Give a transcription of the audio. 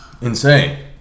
Insane